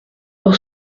pour